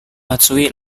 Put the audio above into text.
matsui